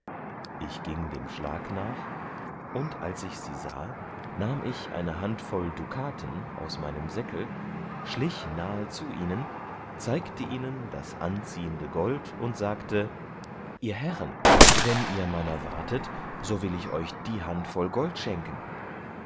ich gieng dem schlag nach und als ich sie sahe nahm ich eine handvoll dukaten aus meinem säckel schlich nahe zu ihnen zeigte ihnen das anziehende gold und sagte ihr herren wann ihr meiner wartet so will ich euch die handvoll gold schenken